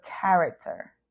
character